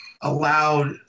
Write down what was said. allowed